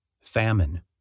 famine